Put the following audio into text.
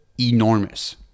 enormous